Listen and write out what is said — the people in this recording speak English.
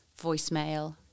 voicemail